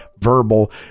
verbal